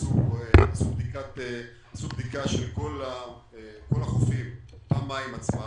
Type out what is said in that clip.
עשו בדיקה של כל החופים במים עצמם,